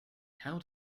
how